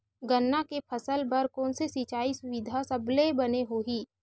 गन्ना के फसल बर कोन से सिचाई सुविधा सबले बने होही?